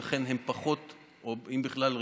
ולכן הם פחות רגישים,